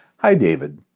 hi david.